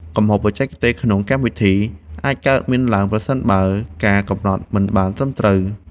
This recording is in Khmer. កំហុសបច្ចេកទេសក្នុងកម្មវិធី អាចកើតមានឡើង ប្រសិនបើការកំណត់មិនបានត្រឹមត្រូវ។